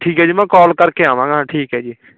ਠੀਕ ਹੈ ਜੀ ਮੈਂ ਕਾਲ ਕਰਕੇ ਆਵਾਂਗਾ ਠੀਕ ਹੈ ਜੀ